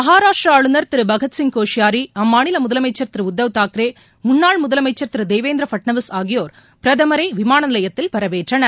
மகாராஷ்டிரஆளுநர் திருபகத்சிங் கோஷியாரி அம்மாநிலமுதலமைச்சர் திருஉத்தவ் தாக்கரே முன்னாள் முதலமைச்சர் திருதேவேந்திரபட்னவிஸ் ஆகியோர் பிரதமரைவிமானநிலையத்தில் வரவேற்றனர்